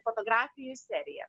fotografijų serija